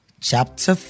Chapter